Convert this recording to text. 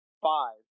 Five